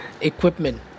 equipment